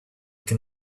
can